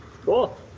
cool